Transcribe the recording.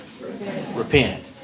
repent